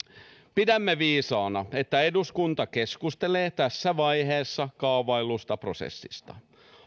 pidämme viisaana että eduskunta keskustelee tässä vaiheessa kaavaillusta prosessista